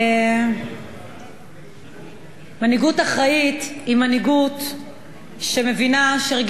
מנהיגות אחראית היא מנהיגות שמבינה שרגישות חברתית היא מתחייבת.